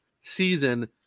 season